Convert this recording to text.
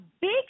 big